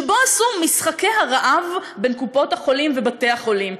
שבו עשו "משחקי הרעב" בין קופות-החולים לבתי-החולים.